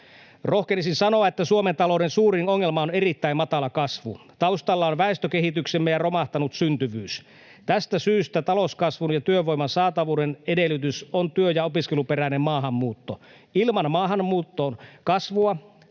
Rohkenisin sanoa, että Suomen talouden suurin ongelma on erittäin matala kasvu. Taustalla on väestökehityksemme ja romahtanut syntyvyys. Tästä syystä talouskasvun ja työvoiman saatavuuden edellytys on työ- ja opiskeluperäinen maahanmuutto. Ilman maahanmuuton kasvua